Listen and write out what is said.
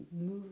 move